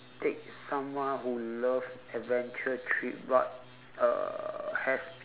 take someone who loves adventure trip but uh has